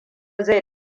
zai